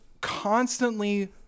constantly